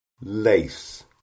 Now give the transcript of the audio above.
lace